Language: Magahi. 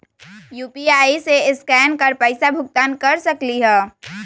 यू.पी.आई से स्केन कर पईसा भुगतान कर सकलीहल?